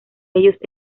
ellos